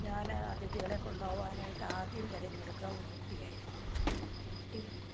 ഞാൻ അതിഥികളെ കൊണ്ടു പോകാനായിട്ട് ആദ്യം തിരഞ്ഞെടുക്കുക ഊട്ടി ആയിരിക്കും ഊട്ടി